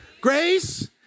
Grace